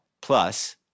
plus